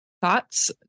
thoughts